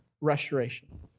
restoration